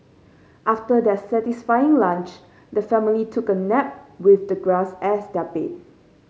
after their satisfying lunch the family took a nap with the grass as their bed